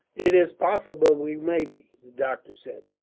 it is possible we may be, the doctor said.